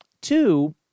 two